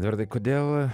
edvardai kodėl